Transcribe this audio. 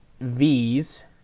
V's